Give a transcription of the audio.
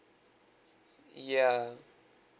ya